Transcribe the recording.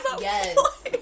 yes